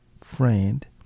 friend